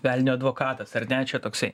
velnio advokatas ar ne čia toksai